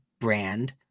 brand